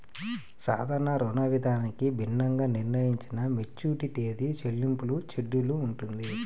సాధారణ రుణవిధానానికి భిన్నంగా నిర్ణయించిన మెచ్యూరిటీ తేదీ, చెల్లింపుల షెడ్యూల్ ఉంటుంది